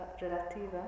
relativa